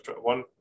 one